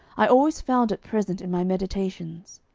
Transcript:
i always found it present in my meditations.